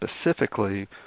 specifically